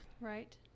Right